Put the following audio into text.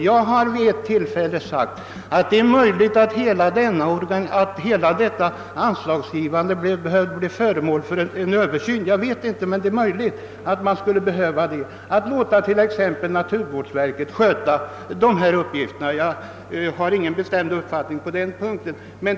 Jag har vid ett tillfälle sagt, att det är möjligt att hela detta anslagsgivande behöver bli föremål för en översyn och att kanske naturvårdsverket borde sköta dessa uppgifter — jag har ingen bestämd uppfattning på den punkten.